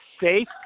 safe